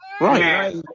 Right